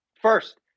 First